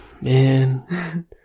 Man